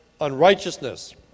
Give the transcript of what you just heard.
unrighteousness